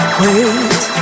wait